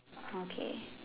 okay